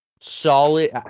solid –